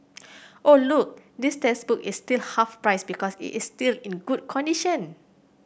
oh look this textbook is still half price because it is still in good condition